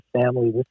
family